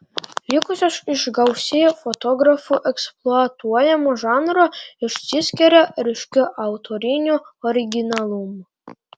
likusios iš gausiai fotografų eksploatuojamo žanro išsiskiria ryškiu autoriniu originalumu